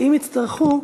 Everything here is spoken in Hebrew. שאם יצטרכו,